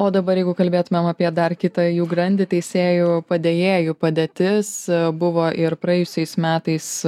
o dabar jeigu kalbėtumėm apie dar kitą jų grandį teisėjų padėjėjų padėtis buvo ir praėjusiais metais